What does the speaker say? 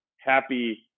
happy